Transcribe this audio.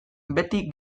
beti